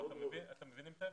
אתם מבינים את ההבדל?